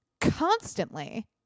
constantly